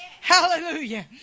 hallelujah